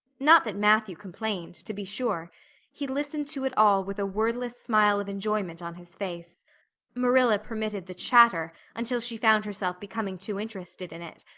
not that matthew complained, to be sure he listened to it all with a wordless smile of enjoyment on his face marilla permitted the chatter until she found herself becoming too interested in it,